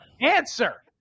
answer